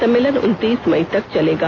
सम्मेलन उनतीस मई तक चलेगा